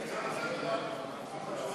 נתקבלו.